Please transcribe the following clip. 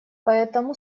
поэтому